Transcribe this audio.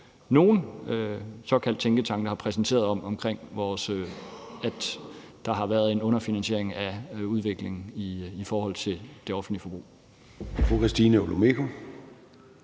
nogle såkaldte tænketanke har præsenteret, om, at der har været en underfinansiering af udviklingen i det offentlige forbrug.